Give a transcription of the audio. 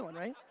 right?